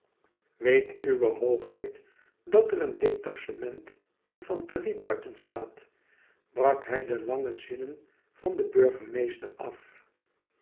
weet uwe hoogheid dat er een detachement infanterie buiten staat brak hij de lange zinnen van den burgemeester af